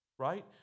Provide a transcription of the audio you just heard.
right